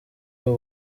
y’u